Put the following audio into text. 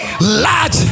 large